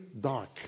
dark